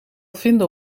vinden